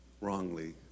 wrongly